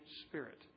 spirit